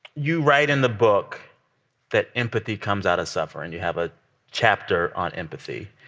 you write in the book that empathy comes out of suffering. you have a chapter on empathy.